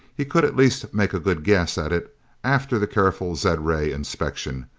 he could at least make a good guess at it after the careful zed-ray inspection.